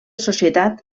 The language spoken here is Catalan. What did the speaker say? societat